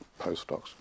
postdocs